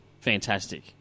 fantastic